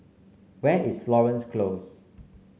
where is Florence Close